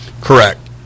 Correct